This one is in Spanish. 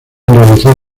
realizar